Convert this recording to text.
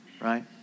Right